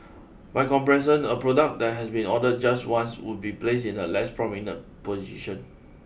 by comparison a product that has been ordered just once would be placed in a less prominent position